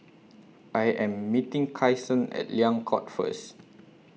I Am meeting Kyson At Liang Court First